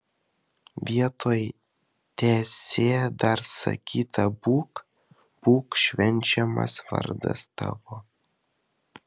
vietoj teesie dar sakyta būk būk švenčiamas vardas tavo